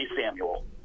Samuel